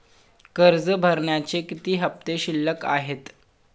कर्ज भरण्याचे किती हफ्ते शिल्लक आहेत?